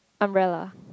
umbrella